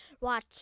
watch